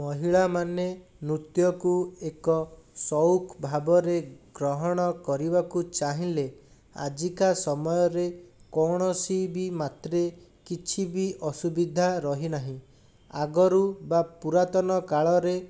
ମହିଳାମାନେ ନୃତ୍ୟକୁ ଏକ ସଉକ ଭାବରେ ଗ୍ରହଣ କରିବାକୁ ଚାହିଁଲେ ଆଜିକା ସମୟରେ କୌଣସି ବି ମାତ୍ରେ କିଛିବି ଅସୁବିଧା ରହି ନାହିଁ ଆଗରୁ ବା ପୁରାତନ କାଳରେ